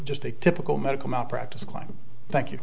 just a typical medical malpractise crime thank you